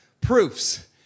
proofs